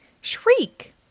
Shriek